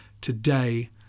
today